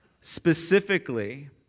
Specifically